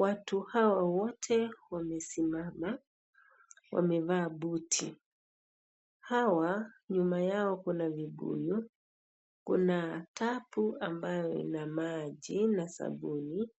Watu hawa wote wamesimama wamevaa buti hawa nyuma yao kuna vibuyu kuna tapu ambayo in maji na sabuni